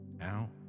out